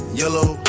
yellow